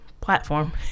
platform